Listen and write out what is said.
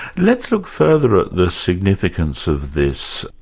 let's look further at the significance of this.